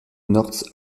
north